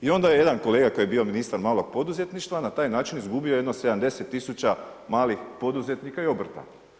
I onda je jedan kolega koji je bio ministar malog poduzetništva na taj način izgubio jedno 70 000 malih poduzetnika i obrta.